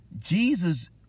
Jesus